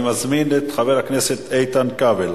אני מזמין את חבר הכנסת איתן כבל.